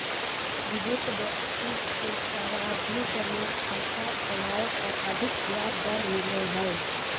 बुजुर्ग व्यक्ति के सावधि जमा खाता खोलय पर अधिक ब्याज दर मिलो हय